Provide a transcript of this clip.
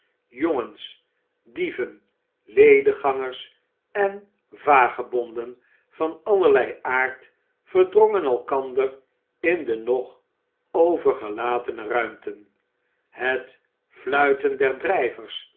jongens dieven lediggangers en vagebonden van allerlei aard verdrongen elkander in de nog overgelatene ruimten het fluiten der drijvers